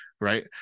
right